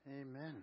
Amen